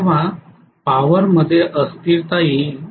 तेव्हा पॉवर मध्ये अस्थिरता येईल